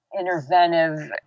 interventive